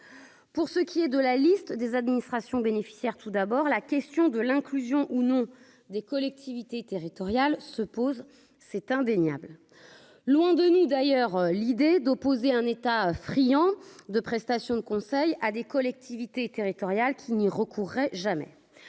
pour ce qui est de la liste des administrations bénéficiaires tout d'abord la question de l'inclusion ou non des collectivités territoriales se pose, c'est indéniable, loin de nous, d'ailleurs l'idée d'opposer un État friands de prestations de conseil à des collectivités territoriales qui n'y recourait jamais